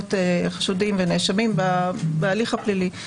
זכויות חשודים ונאשמים בהליך הפלילי.